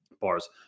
bars